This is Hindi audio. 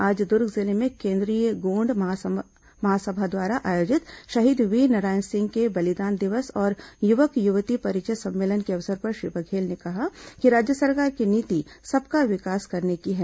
आज दुर्ग जिले में केंद्रीय गोंड महासभा द्वारा आयोजित शहीद वीरनारायण सिंह के बलिदान दिवस और युवक युवती परिचय सम्मेलन के अवसर पर श्री बघेल ने कहा कि राज्य सरकार की नीति सबका विकास करने की है